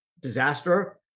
disaster